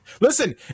Listen